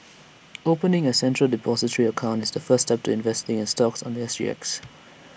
opening A central Depository account is the first step to investing in stocks on The S G X